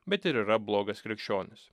bet ir yra blogas krikščionis